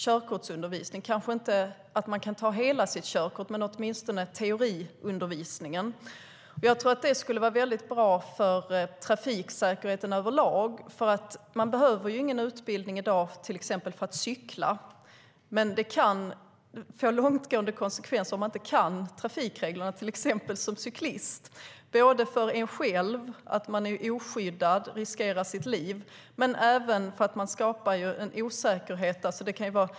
Man kanske inte kan ta hela sitt körkort men åtminstone få teoriundervisning. Det skulle vara bra för trafiksäkerheten överlag. I dag behövs ingen utbildning för att cykla, men om man som cyklist inte kan trafikreglerna kan det få långtgående konsekvenser. Det gäller både en själv för att man är oskyddad och riskerar sitt liv och för att man skapar osäkerhet.